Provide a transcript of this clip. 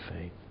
faith